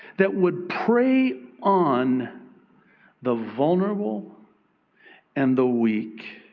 that would prey on the vulnerable and the weak.